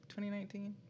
2019